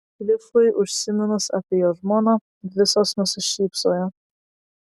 klifui užsiminus apie jo žmoną visos nusišypsojo